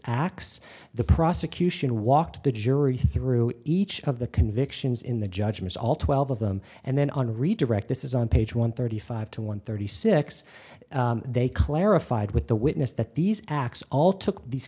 acts the prosecution walked the jury through each of the convictions in the judgments all twelve of them and then on redirect this is on page one thirty five to one thirty six they clarified with the witness that these acts all took these